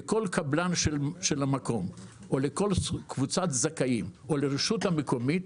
לכל קבלן של המקום או לכל קבוצת זכאים או לרשות המקומית